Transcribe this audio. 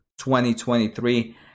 2023